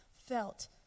felt